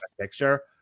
picture